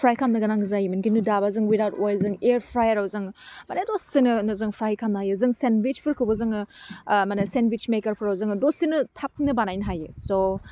फ्राय खालामनो गोनां जायोमोन खिन्थु दाबा जों उइदावद अवेल जों इयारफ्रायाराव जों माने दसेनो जों फ्राय खालामनो हायो जों सेनउइसफोरखौबो जोङो ओह माने सेनउइस मेखारफोराव जों दसेनो थाबनो बानायनो हायो स'